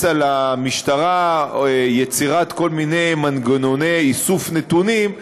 על המשטרה יצירת כל מיני מנגנוני איסוף נתונים,